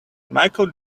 michael